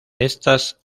estas